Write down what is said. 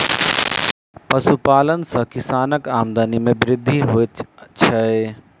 पशुपालन सॅ किसानक आमदनी मे वृद्धि होइत छै